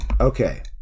okay